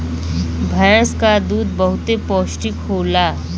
भैंस क दूध बहुते पौष्टिक होला